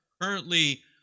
currently